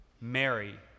Mary